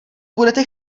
budete